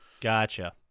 Gotcha